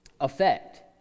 effect